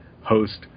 host